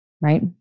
Right